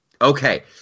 Okay